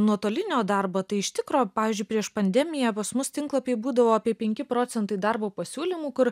nuotolinio darbo tai iš tikro pavyzdžiui prieš pandemiją pas mus tinklapyje būdavo apie penki procentai darbo pasiūlymų kur